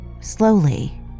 Slowly